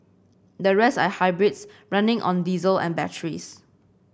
the rest are hybrids running on diesel and batteries